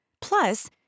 Plus